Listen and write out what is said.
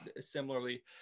similarly